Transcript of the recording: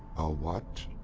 what?